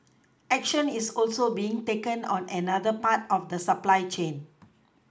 action is also being taken on another part of the supply chain